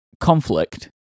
conflict